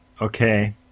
Okay